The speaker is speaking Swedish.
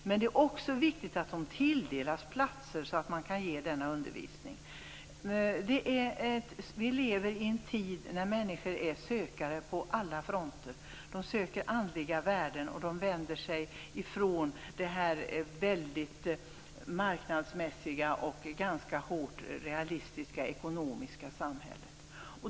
Men det är också viktigt att de tilldelas platser så att man kan ge denna undervisning. Vi lever i en tid när människor är sökare på alla fronter. De söker andliga värden, och de vänder sig ifrån det väldigt marknadsmässiga och ganska hårt realistiska ekonomiska samhället.